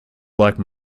like